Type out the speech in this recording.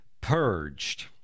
purged